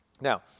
Now